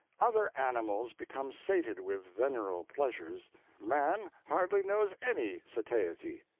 other animals become sated with veneral pleasures man hardly knows any satiety.